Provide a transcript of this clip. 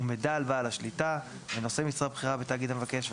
ומידע על בעל השליטה ונושאי משרה בכירה בתאגיד המבקש,